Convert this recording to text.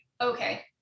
okay